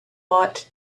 bought